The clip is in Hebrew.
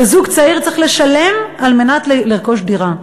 שזוג צעיר צריך לשלם כדי לרכוש דירה.